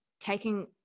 taking